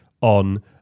on